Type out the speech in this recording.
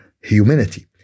humanity